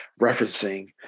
referencing